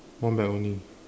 one bag only